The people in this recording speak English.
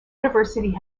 university